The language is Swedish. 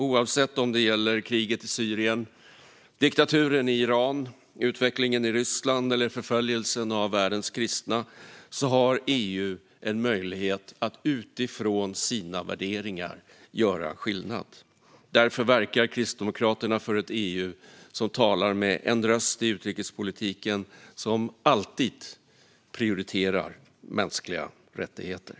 Oavsett om det gäller kriget i Syrien, diktaturen i Iran, utvecklingen i Ryssland eller förföljelsen av världens kristna har EU en möjlighet att utifrån sina värderingar göra skillnad. Därför verkar Kristdemokraterna för ett EU som talar med en röst i utrikespolitiken och som alltid prioriterar mänskliga rättigheter.